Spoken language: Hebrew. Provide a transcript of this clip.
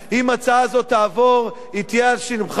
אם ההצעה הזאת תעבור היא תהיה על שמך.